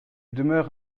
demeure